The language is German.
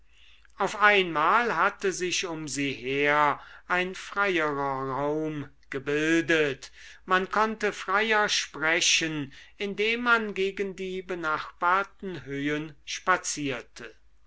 auf einmal hatte sich um sie her ein freierer raum gebildet man konnte freier sprechen indem man gegen die benachbarten höhen spazierte